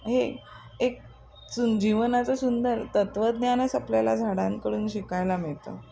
हे एक चुन जीवनाचं सुंदर तत्त्वज्ञानच आपल्याला झाडांकडून शिकायला मिळतं